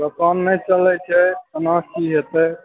दोकान नहि चलय छै केना की हेतय